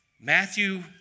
Matthew